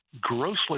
grossly